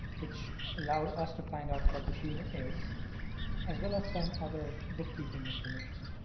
which allowed us to find out what the gene is as well as some other bookkeeping information.